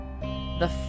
The